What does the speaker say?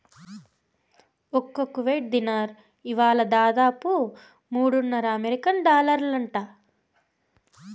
ఒక్క కువైట్ దీనార్ ఇలువ దాదాపు మూడున్నర అమెరికన్ డాలర్లంట